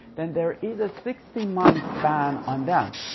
then there is a sixty month ban on them.